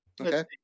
Okay